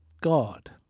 God